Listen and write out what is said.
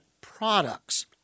products